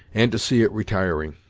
and to see it retiring